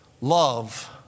Love